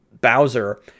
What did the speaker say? Bowser